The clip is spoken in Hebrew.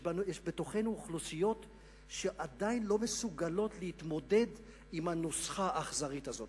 יש בתוכנו אוכלוסיות שעדיין לא מסוגלות להתמודד עם הנוסחה האכזרית הזאת.